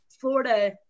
Florida